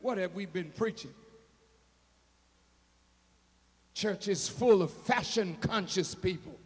what have we been preaching church is full of fashion conscious people